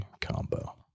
combo